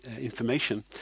information